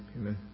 amen